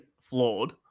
flawed